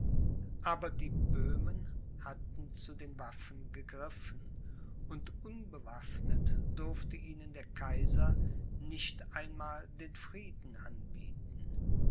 aber die böhmen hatten zu den waffen gegriffen und unbewaffnet durfte ihnen der kaiser nicht einmal den frieden anbieten